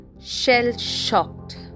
Shell-shocked